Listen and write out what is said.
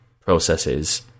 processes